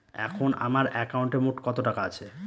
এখন আমার একাউন্টে মোট কত টাকা আছে?